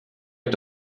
est